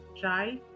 Try